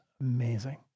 amazing